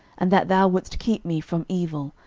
and that thou wouldest keep me from evil,